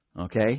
Okay